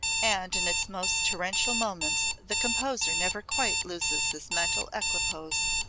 and in its most torrential moments the composer never quite loses his mental equipoise.